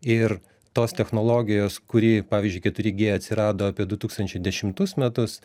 ir tos technologijos kuri pavyzdžiui keturi gie atsirado apie du tūkstančiai dešimtus metus